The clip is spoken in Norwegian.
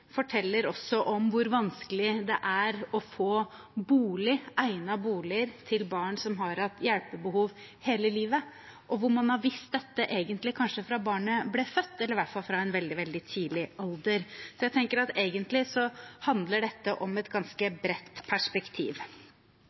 forteller også om hvor vanskelig det er å få bolig, egnet bolig, til barn som har hatt hjelpebehov hele livet, og hvor man egentlig har visst dette kanskje helt fra barnet ble født, eller i hvert fall fra veldig tidlig alder. Så jeg tenker at dette egentlig handler om et ganske bredt perspektiv.